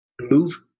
move